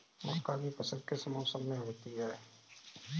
मक्का की फसल किस मौसम में होती है?